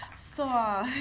so.